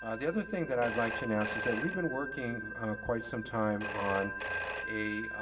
ah the other thing that i'd like to announce is that we've been working quite some time on a